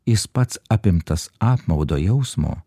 jis pats apimtas apmaudo jausmo